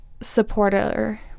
supporter